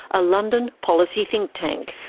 a london policy think tank.